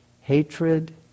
Hatred